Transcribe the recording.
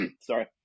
Sorry